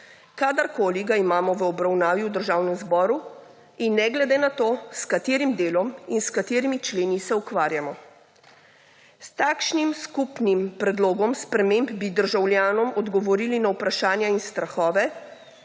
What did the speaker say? kadarkoli ga imamo v obravnavi v Državnem zboru, in to ne glede na to, s katerim delom in s katerimi členi se ukvarjamo. S takšnim skupnim predlogom sprememb bi državljanom odgovorili na vprašanja in strahove,